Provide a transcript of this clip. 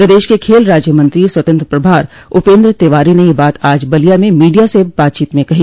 प्रदेश के खेल राज्य मंत्री स्वतंत्र प्रभार उपेन्द्र तिवारी ने यह बात आज बलिया में मीडिया से बातचीत में कही